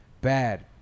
bad